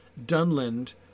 Dunland